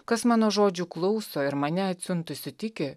kas mano žodžių klauso ir mane atsiuntusiu tiki